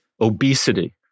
Obesity